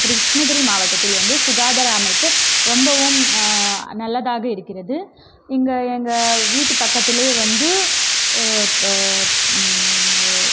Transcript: கிருஷ்ணகிரி மாவட்டத்தில் வந்து சுகாதார அமைப்பு ரொம்பவும் நல்லதாக இருக்கிறது இங்கே எங்கள் வீட்டு பக்கத்தில் வந்து ப